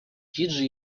фиджи